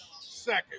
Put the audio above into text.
second